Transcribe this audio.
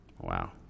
Wow